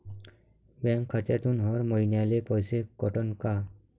Bank खात्यातून हर महिन्याले पैसे कटन का?